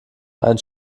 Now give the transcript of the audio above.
ein